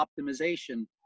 optimization